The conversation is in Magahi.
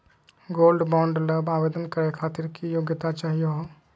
गोल्ड बॉन्ड ल आवेदन करे खातीर की योग्यता चाहियो हो?